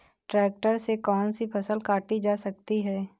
Tractor से कौन सी फसल काटी जा सकती हैं?